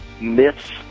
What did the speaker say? myths